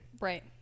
Right